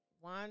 One